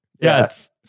Yes